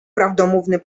prawdomówny